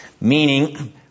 meaning